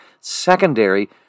secondary